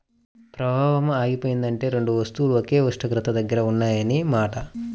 ప్రవాహం ఆగిపోయిందంటే రెండు వస్తువులు ఒకే ఉష్ణోగ్రత దగ్గర ఉన్నాయన్న మాట